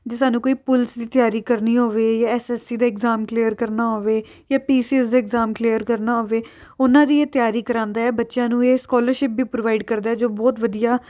ਜੇ ਸਾਨੂੰ ਕੋਈ ਪੁਲਿਸ ਦੀ ਤਿਆਰੀ ਕਰਨੀ ਹੋਵੇ ਜਾਂ ਐੱਸ ਐੱਸ ਸੀ ਦਾ ਇਗਜਾਮ ਕਲੀਅਰ ਕਰਨਾ ਹੋਵੇ ਜਾਂ ਪੀ ਸੀ ਐੱਸ ਦਾ ਇਗਜ਼ਾਮ ਕਲੀਅਰ ਕਰਨਾ ਹੋਵੇ ਉਹਨਾਂ ਦੀ ਇਹ ਤਿਆਰੀ ਕਰਵਾਉਂਦਾ ਹੈ ਬੱਚਿਆਂ ਨੂੰ ਇਹ ਸਕਾਲਰਸ਼ਿਪ ਵੀ ਪ੍ਰੋਵਾਈਡ ਕਰਦਾ ਜੋ ਬਹੁਤ ਵਧੀਆ